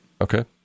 Okay